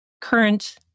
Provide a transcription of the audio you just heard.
current